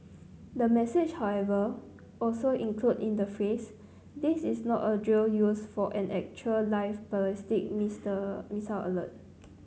the message however also included in the phrase this is not a drill used for an actual live ballistic missile alert